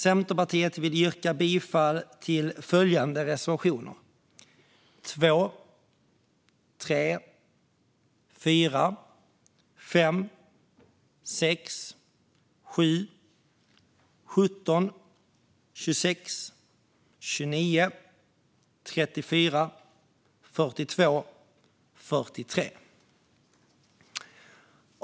Centerpartiet vill yrka bifall till följande reservationer: 2, 3, 4, 5, 6, 7, 17, 26, 29, 34, 42 och 43.